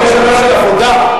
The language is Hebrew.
אחרי שנה של עבודה.